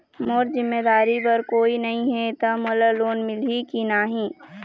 मोर जिम्मेदारी बर कोई नहीं हे त मोला लोन मिलही की नहीं?